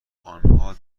آنها